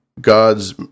gods